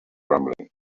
rumbling